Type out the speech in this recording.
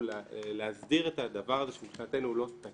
הוא להסדיר את הדבר הזה שמבחינתנו הוא לא תקין,